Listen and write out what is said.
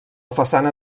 façana